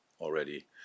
already